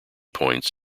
points